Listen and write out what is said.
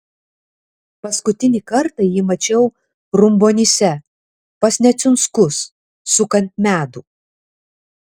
paskutinį kartą jį mačiau rumbonyse pas neciunskus sukant medų